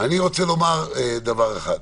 אני רוצה לומר דבר אחד,